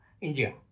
India